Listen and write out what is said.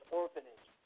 orphanage